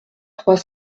trois